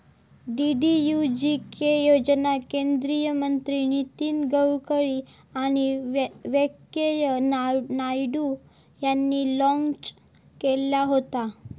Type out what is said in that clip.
DDUGK योजना केंद्रीय मंत्री नितीन गडकरी आणि व्यंकय्या नायडू यांनी लॉन्च केल्यान होता